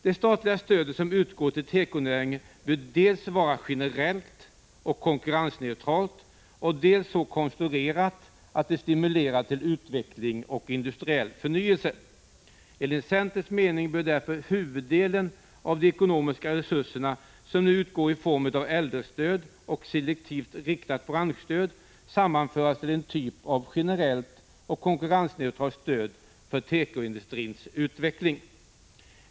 Det statliga stöd som utgår till tekonäringen bör vara dels generellt och konkurrensneutralt, dels så konstruerat att det stimulerar till utveckling och industriell förnyelse. Enligt centerns mening bör därför huvuddelen av de ekonomiska resurser som nu utgår i form av äldrestöd och selektivt riktat branschstöd sammanföras till en typ av generellt och konkurrensneutralt stöd för tekoindustrins utveckling.